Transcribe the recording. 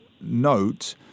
note